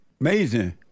Amazing